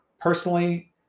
personally